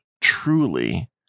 truly